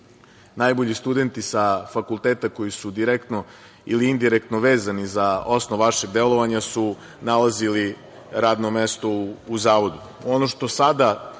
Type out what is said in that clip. najbolji studenti sa fakulteta koji su direktno ili indirektno vezani za osnov vašeg delovanja su nalazili radno mesto u zavodu. Ono